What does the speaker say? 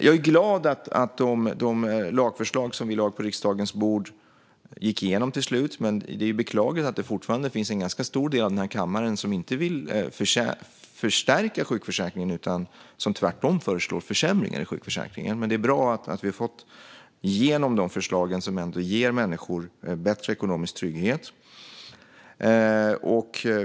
Jag är glad att de lagförslag som vi lade på riksdagens bord gick igenom till slut, men det är beklagligt att det fortfarande är en ganska stor del av denna kammare som inte vill förstärka sjukförsäkringen utan tvärtom föreslår försämringar i sjukförsäkringen. Det är bra att vi har fått igenom de förslag som ger människor bättre ekonomisk trygghet.